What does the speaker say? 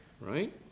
right